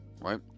right